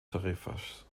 tarefas